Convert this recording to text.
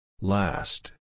Last